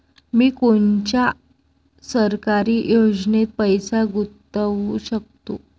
मी कोनच्या सरकारी योजनेत पैसा गुतवू शकतो?